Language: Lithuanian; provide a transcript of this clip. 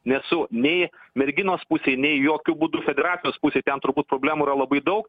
nesu nei merginos pusėj nei jokiu būdu federacijos pusėj ten turbūt problemų yra labai daug